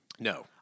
No